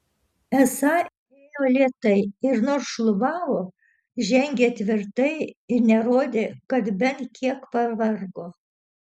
esą ėjo lėtai ir nors šlubavo žengė tvirtai ir nerodė kad bent kiek pavargo